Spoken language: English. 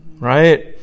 right